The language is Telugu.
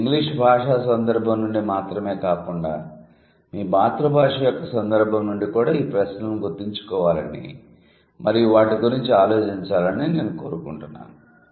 మీరు ఇంగ్లీష్ భాషా సందర్భం నుండి మాత్రమే కాకుండా మీ మాతృ భాష యొక్క సందర్భం నుండి కూడా ఈ ప్రశ్నలను గుర్తుంచుకోవాలని మరియు వాటి గురించి ఆలోచించాలని నేను కోరుకుంటున్నాను